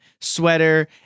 sweater